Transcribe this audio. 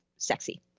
sexy